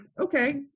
okay